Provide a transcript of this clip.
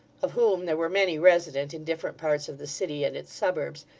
of whom there were many resident in different parts of the city and its suburbs,